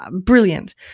brilliant